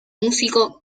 músico